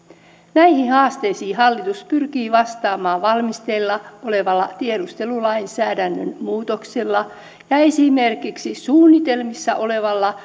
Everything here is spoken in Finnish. näihin haasteisiin hallitus pyrkii vastaamaan valmisteilla olevalla tiedustelulainsäädännön muutoksella ja esimerkiksi suunnitelmissa olevalla